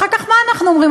אחר כך מה אנחנו אומרים?